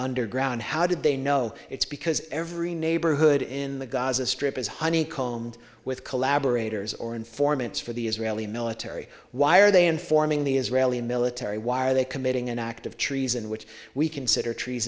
underground how did they know it's because every neighborhood in the gaza strip is honeycombed with collaborators or informants for the israeli military why are they informing the israeli military why are they committing an act of treason which we consider tre